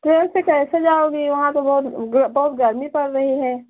train से कैसे जाओगी वहाँ तो बहुत बहुत गर्मी पड़ रही है